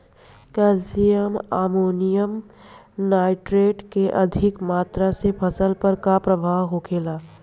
Calcium ammonium nitrate के अधिक मात्रा से फसल पर का प्रभाव होखेला?